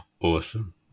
Awesome